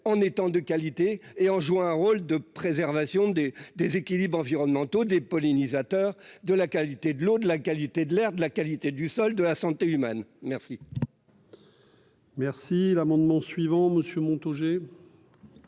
en étant de qualité et en jouant un rôle de préservation des déséquilibres environnementaux des pollinisateurs de la qualité de l'eau de la qualité de l'air de la qualité du sol de la santé humaine, merci. Merci l'amendement suivant Monsieur